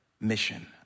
mission